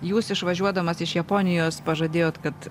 jūs išvažiuodamas iš japonijos pažadėjot kad